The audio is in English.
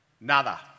Nada